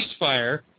ceasefire